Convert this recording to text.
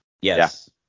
Yes